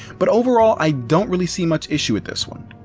but overall, i don't really see much issue with this one.